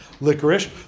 licorice